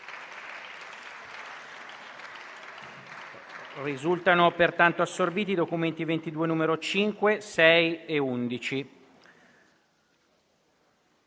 Risultano pertanto assorbiti i documenti XXII, nn. 5, 6 e 11.